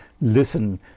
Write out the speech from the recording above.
listen